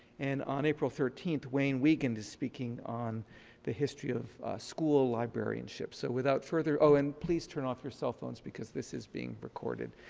and on april thirteenth, wayne weegan is speaking on the history of school librarianship. so, without further oh, and please turn off your cell phones, because this is being recorded.